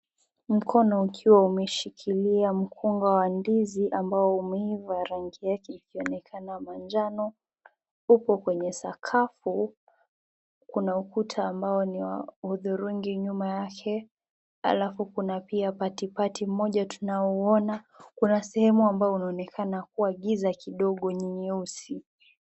Mkono ukiwa umeshikilia mkonga wa ndizi ambao umeiva rangi yake ikionekana ya majano huku kwenye sakafu Kuna ukuta ambao ni wa huthurungi nyuma yake alafu Kuna pia patipati moja tuanaouona ,Kuna sehemu ambao unaonekana kuwa giza kidogo ni nyeusi.